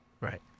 Right